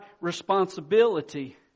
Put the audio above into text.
responsibility